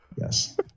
yes